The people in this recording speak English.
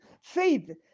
faith